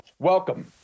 Welcome